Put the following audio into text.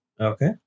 Okay